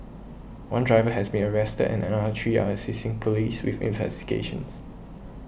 one driver has been arrested and another three are assisting police with investigations